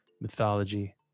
mythology